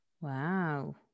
Wow